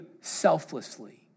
selflessly